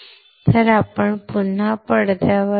तर आपण पुन्हा पडद्यावर येऊ